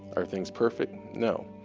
are things perfect? no,